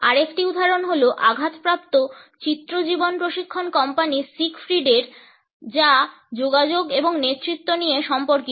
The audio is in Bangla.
আরেকটি উদাহরণ হল আঘাতপ্রাপ্ত চিত্র জীবন প্রশিক্ষণ কোম্পানি সিগফ্রিডের যা যোগাযোগ এবং নেতৃত্ব নিয়ে সম্পর্কিত